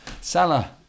salah